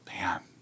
man